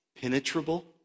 penetrable